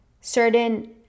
certain